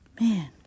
Man